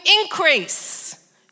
increase